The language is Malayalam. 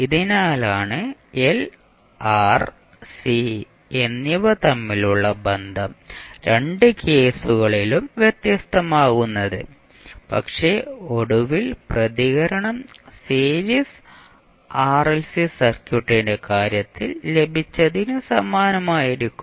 ഇതിനാലാണ് എൽ ആർ സി എന്നിവ തമ്മിലുള്ള ബന്ധം രണ്ട് കേസുകളിലും വ്യത്യസ്തമാകുന്നത് പക്ഷേ ഒടുവിൽ പ്രതികരണം സീരീസ് ആർഎൽസി സർക്യൂട്ടിന്റെ കാര്യത്തിൽ ലഭിച്ചതിന് സമാനമായിരിക്കും